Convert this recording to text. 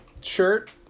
shirt